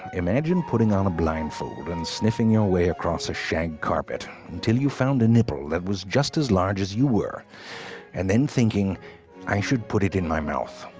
imagine putting on a blindfold been and sniffing your way across a shag carpet until you found a nipple that was just as large as you were and then thinking i should put it in my mouth.